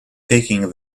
taking